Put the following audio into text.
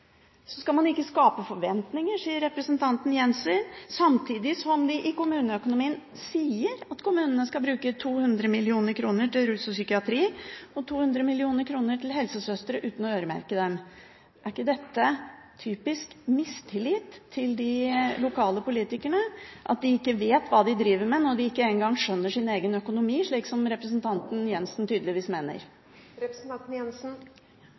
Så skal man ikke skape forventninger, sier representanten Jenssen, samtidig som de sier at kommunene skal bruke 200 mill. kr til rus og psykiatri og 200 mill. kr til helsesøstre, uten å øremerke det. Er ikke dette typisk mistillit til de lokale politikerne, at de ikke vet hva de driver med, når de ikke engang skjønner sin egen økonomi, slik som representanten Jenssen tydeligvis